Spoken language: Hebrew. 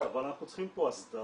אבל אנחנו צריכים פה הסדר,